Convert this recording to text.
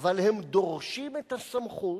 אבל הם דורשים את הסמכות,